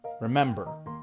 Remember